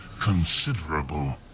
considerable